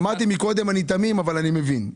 אמרתי מקודם אני תמים אבל אני מבין,